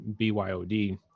BYOD